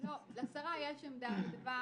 לשרה יש עמדה בדבר.